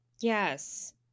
Yes